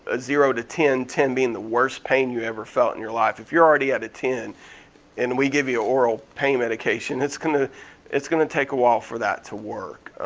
ah zero to ten, ten being the worst pain you ever felt in your life, if you're already at a ten and we give you oral pain medication, it's kind of it's gonna take a while for that to work.